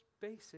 basic